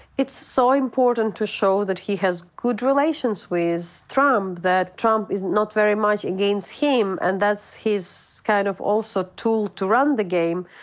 it's so important to show that he has good relations with trump, that trump is not very much against him and that's his, kind of, also, tool to run the game.